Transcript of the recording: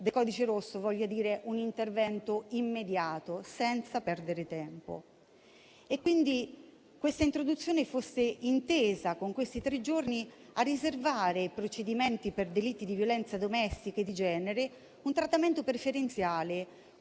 per codice rosso si intende un intervento immediato, senza perdere tempo. Questa introduzione era quindi intesa, con i tre giorni, a riservare ai procedimenti per delitti di violenza domestica e di genere un trattamento preferenziale,